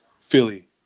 Philly